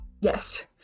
yes